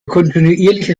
kontinuierliche